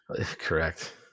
Correct